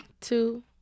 two